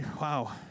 Wow